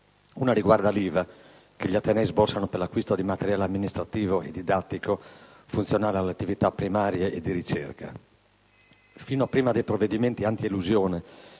Una riguarda l'IVA che gli atenei sborsano per l'acquisto di materiale amministrativo e didattico, funzionale alle attività primarie e di ricerca. Fino a prima dei provvedimenti antielusione